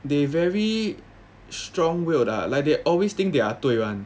they're very strong willed lah like they always think they are 对 [one]